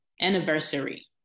Anniversary